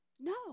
No